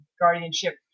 guardianship